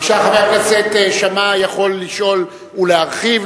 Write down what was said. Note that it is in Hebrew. בבקשה, חבר הכנסת שאמה יכול לשאול ולהרחיב.